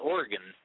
Oregon